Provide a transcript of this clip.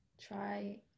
Try